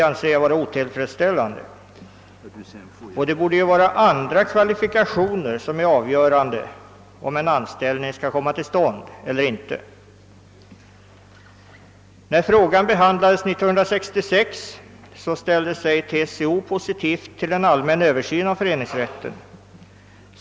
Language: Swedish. Det borde vara andra kvalifikationer som skulle vara avgörande för om en anställning skall komma till stånd eller inte. När denna fråga behandlades 1966 ställde sig TCO positiv till en allmän översyn av föreningsrätten.